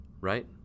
right